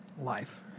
life